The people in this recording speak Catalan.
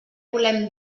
volem